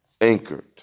anchored